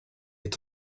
est